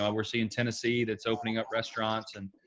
um we're seeing tennessee that's opening up restaurants. and,